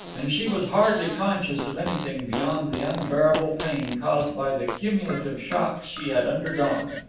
and she was hardly conscious of anything beyond the unbearable pain caused by the cumulative shocks she had undergone.